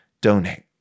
donate